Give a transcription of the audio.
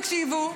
תקשיבו,